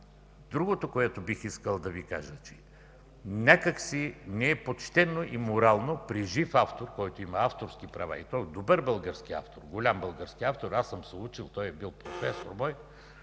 Другото, което бих искал да Ви кажа. Някак си не е почтено и морално при жив автор, който има авторски права, и то добър, голям български автор, аз съм се учил – бил е мой професор